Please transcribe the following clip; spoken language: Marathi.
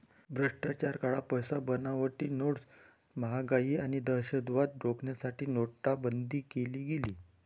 भ्रष्टाचार, काळा पैसा, बनावटी नोट्स, महागाई आणि दहशतवाद रोखण्यासाठी नोटाबंदी केली गेली